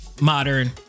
modern